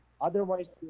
Otherwise